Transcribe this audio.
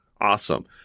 Awesome